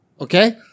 Okay